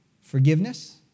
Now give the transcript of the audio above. forgiveness